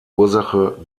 ursache